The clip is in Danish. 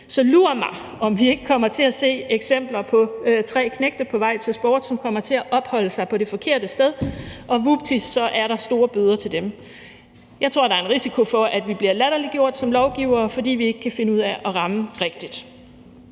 Så lur mig, om vi ikke kommer til at se eksempler som f.eks. tre knægte på vej til sport, som kommer til at opholde sig på det forkerte sted, og vupti, så er der store bøder til dem. Jeg tror, der er en risiko for, at vi bliver latterliggjort som lovgivere, fordi vi ikke kan finde ud af at ramme rigtigt.